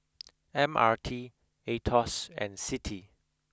M R T Aetos and Citi